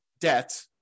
debt